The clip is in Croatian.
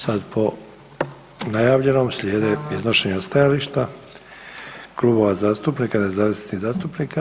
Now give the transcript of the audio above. Sad po najavljenom, slijede iznošenja stajališta klubova zastupnika i nezavisnih zastupnika.